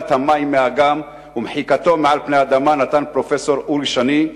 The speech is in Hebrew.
לשאיבת המים מהאגם ומחיקתו מעל פני האדמה נתן פרופסור אורי שני,